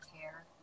care